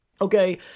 Okay